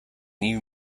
new